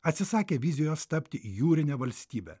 atsisakė vizijos tapti jūrine valstybe